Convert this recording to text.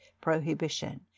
prohibition